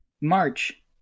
March